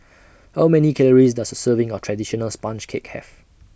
How Many Calories Does A Serving of Traditional Sponge Cake Have